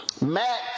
Matt